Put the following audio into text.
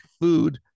food